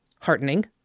heartening